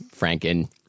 franken